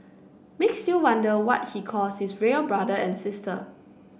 makes you wonder what he calls his real brother and sister